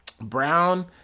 brown